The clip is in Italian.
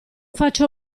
faccio